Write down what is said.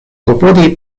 klopodi